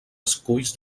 esculls